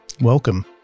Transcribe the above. Welcome